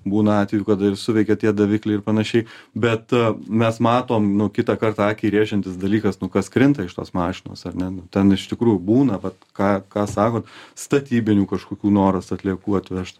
būna atvejų kada ir suveikia tie davikliai ir panašiai bet mes matom nu kitą kartą akį rėžiantis dalykas nu kas krinta iš tos mašinos ar ne ten iš tikrųjų būna vat ką ką sakot statybinių kažkokių noras atliekų atvežt